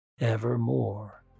evermore